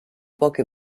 poche